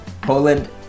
Poland